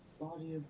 Body